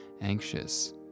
anxious